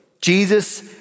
Jesus